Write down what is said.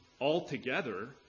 altogether